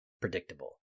predictable